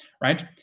right